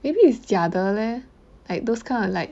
maybe it's 假的 leh like those kind of like